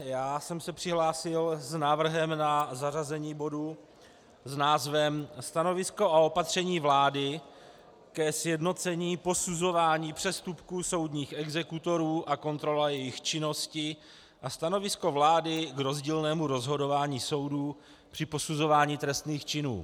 Já jsem se přihlásil s návrhem na zařazení bodu s názvem Stanovisko a opatření vlády ke sjednocení posuzování přestupků soudních exekutorů a kontrola jejich činnosti a stanovisko vlády k rozdílnému rozhodování soudů při posuzování trestných činů.